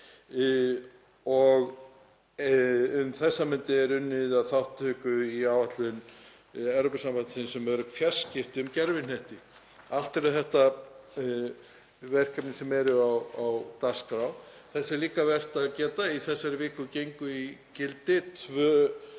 Um þessar mundir er svo unnið að þátttöku í áætlun Evrópusambandsins um örugg fjarskipti um gervihnetti. Allt eru þetta verkefni sem eru á dagskrá. Þess er líka vert að geta að í þessari viku gengu í gildi